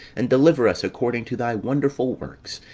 and deliver us, according to thy wonderful works,